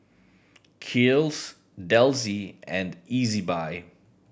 Kiehl's Delsey and Ezbuy